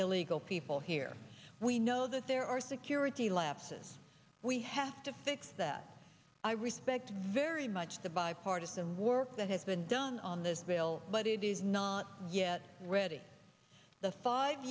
illegal people here we know that there are security lapses we have to fix that i respect very much the bipartisan work that has been done on this bill but it is not yet ready the five